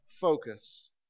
focus